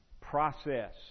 process